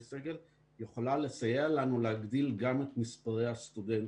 סגל יכולה לסייע לנו להגדיל גם את מספרי הסטודנטים.